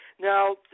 Now